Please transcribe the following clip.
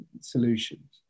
solutions